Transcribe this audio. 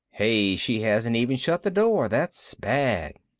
hey, she hasn't even shut the door. that's bad.